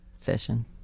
Fishing